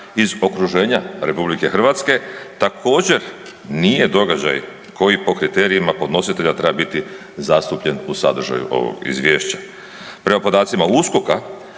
iz okruženja RH, također nije događaj koji po kriterijima podnositelja treba biti zastupljen u sadržaju ovog izvješća. Prema podacima USKOK-a